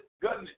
goodness